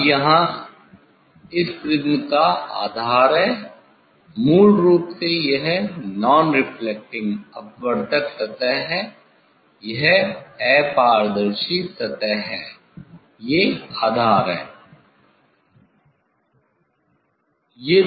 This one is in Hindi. अब यह यहाँ इस प्रिज़्म का आधार है मूल रूप से यह नॉन रेफ्लेक्टिंग अपवर्तक सतह है यह अपारदर्शी सतह है ये आधार है